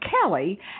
Kelly